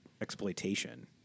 exploitation